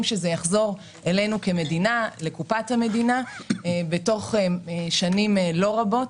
שהוא יחזור אלינו לקופת המדינה בתוך שנים לא רבות,